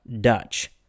dutch